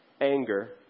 anger